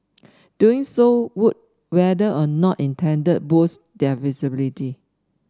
doing so would whether or not intended boost their visibility